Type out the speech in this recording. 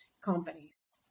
companies